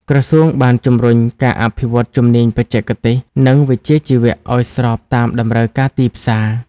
ក្រសួងបានជំរុញការអភិវឌ្ឍជំនាញបច្ចេកទេស និងវិជ្ជាជីវៈឱ្យស្របតាមតម្រូវការទីផ្សារ។